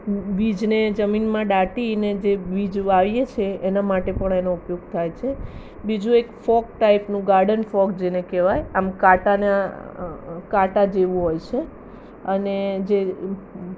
બીજને જમીનમાં દાટી અને જે બીજ વાવીએ છે એના માટે પણ એનો ઉપયોગ થાય છે બીજું એક ફોક ટાઈપનું ગાડન ફોક જેને કહેવાય આમ કાંટાને કાંટા જેવું હોય છે અને જે